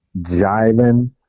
jiving